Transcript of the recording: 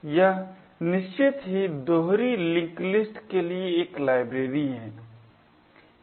यह निश्चित ही दोहरी लिंक लिस्ट के लिए एक लाइब्रेरी है